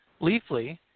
Leafly